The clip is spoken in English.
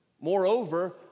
Moreover